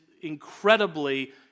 incredibly